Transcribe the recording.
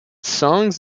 songs